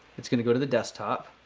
it's going to go to the desktop.